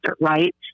right